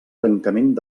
tancament